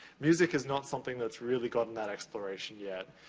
music is not something that's really gotten that exploration yet.